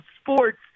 sports